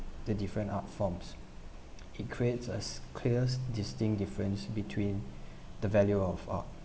the different art forms its creates a s~ clears distinct difference between the value of our